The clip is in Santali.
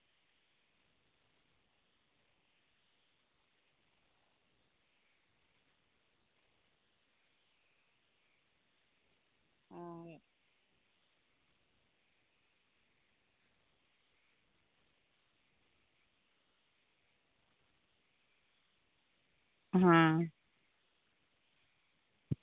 ᱦᱮᱸ